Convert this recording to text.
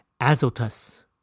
Azotus